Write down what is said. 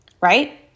right